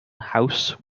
house